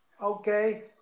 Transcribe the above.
Okay